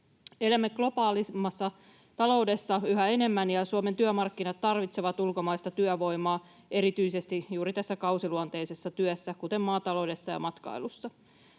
Elämme globaalissa taloudessa yhä enemmän, ja Suomen työmarkkinat tarvitsevat ulkomaista työvoimaa juuri erityisesti kausiluonteisessa työssä, kuten maataloudessa ja matkailussa.